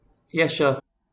yeah sure